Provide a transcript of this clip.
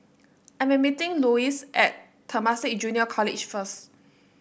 I'm meeting Lois at Temasek Junior College first